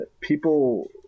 people